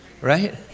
Right